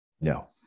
No